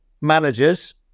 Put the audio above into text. managers